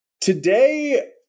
today